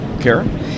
Karen